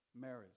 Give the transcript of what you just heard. marriage